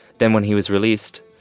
then, when he was released,